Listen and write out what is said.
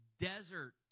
desert